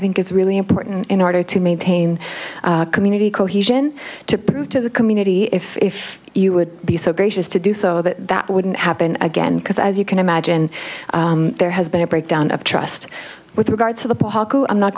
think is really important in order to maintain community cohesion to prove to the community if you would be so gracious to do so that it wouldn't happen again because as you can imagine there has been a breakdown of trust with regard to the i'm not